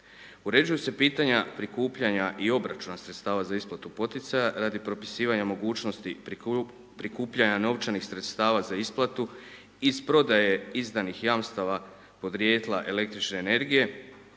Uređuju se pitanje prikupljanja i obračuna sredstava za isplatu poticaja, radi propisivanja mogućnosti prikupljanja novčanih sredstava za isplatu, iz prodaje izdanih jamstava, podrijetla el. energije,